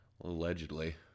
allegedly